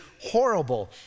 horrible